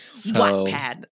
Wattpad